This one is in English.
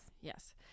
Yes